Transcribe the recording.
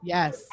Yes